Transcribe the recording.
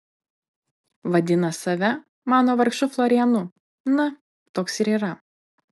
vadina save mano vargšu florianu na toks ir yra